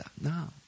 now